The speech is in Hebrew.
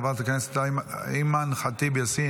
חברת הכנסת אימאן ח'טיב יאסין,